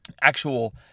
actual